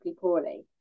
poorly